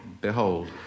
Behold